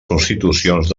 constitucions